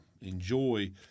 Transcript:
enjoy